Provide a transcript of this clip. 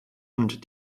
und